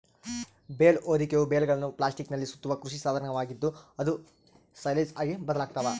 bale ಹೊದಿಕೆಯು ಬೇಲ್ಗಳನ್ನು ಪ್ಲಾಸ್ಟಿಕ್ನಲ್ಲಿ ಸುತ್ತುವ ಕೃಷಿ ಸಾಧನವಾಗಿದ್ದು, ಅವು ಸೈಲೇಜ್ ಆಗಿ ಬದಲಾಗ್ತವ